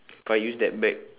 if I use that bag